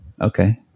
okay